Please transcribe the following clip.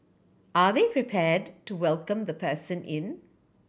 are they prepared to welcome the in